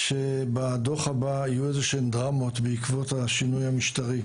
בישראל בכיוון הזה בשנים האחרונות.